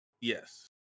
yes